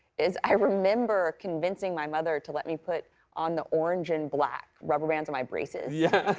is i remember convincing my mother to let me put on the orange and black rubber bands on my braces. yeah.